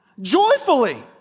Joyfully